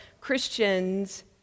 Christians